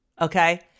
Okay